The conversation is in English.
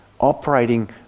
operating